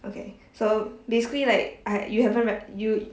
okay so basically like I you haven't rea~ you